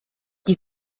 die